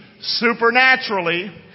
supernaturally